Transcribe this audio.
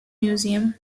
museum